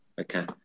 Okay